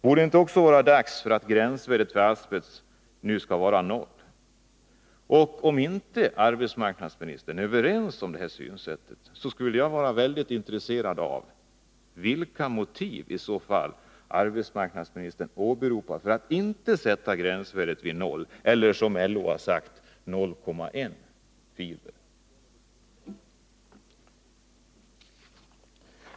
Borde det inte också nu vara dags att gränsvärdet för asbest sätts till 0? Om inte arbetsmarknadsministern är överens med mig om detta synsätt, skulle jag vara väldigt intresserad av vilka motiv arbetsmarknadsministern i så fall åberopar för att inte sätta gränsvärdet vid 0 eller vid, som LO har krävt, 0,1.